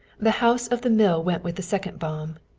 the house of the mill went with the second bomb.